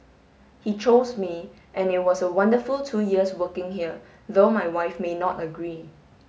he chose me and it was a wonderful two years working here though my wife may not agree